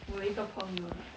我有一个朋友 right